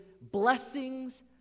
blessings